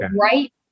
right